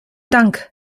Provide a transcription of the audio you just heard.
dank